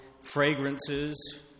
fragrances